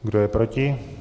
Kdo je proti?